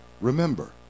Remember